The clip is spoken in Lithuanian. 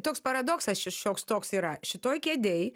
toks paradoksas šio šioks toks yra šitoj kėdėj